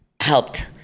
helped